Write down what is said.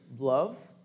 Love